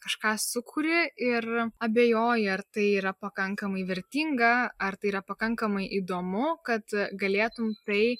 kažką sukuri ir abejoji ar tai yra pakankamai vertinga ar tai yra pakankamai įdomu kad galėtum tai